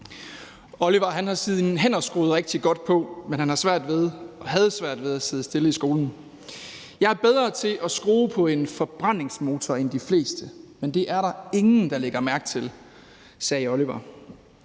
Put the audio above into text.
Oliver har sine hænder skruet rigtig godt på, men han havde svært ved at sidde stille i skolen. Jeg er bedre til at skrue på en forbrændingsmotor end de fleste, men det er der ingen, der lægger mærke til, sagde Oliver.